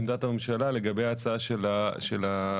עמדת הממשלה לגבי ההצעה של הכנסת.